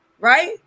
right